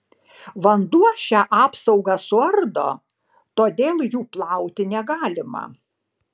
vanduo šią apsaugą suardo todėl jų plauti negalima